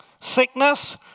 sickness